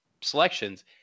selections